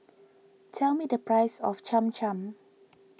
tell me the price of Cham Cham